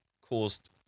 caused